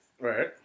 Right